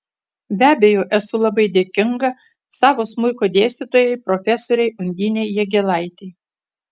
be abejo esu labai dėkinga savo smuiko dėstytojai profesorei undinei jagėlaitei